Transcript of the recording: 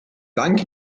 danke